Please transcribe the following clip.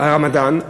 הרמדאן,